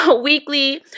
weekly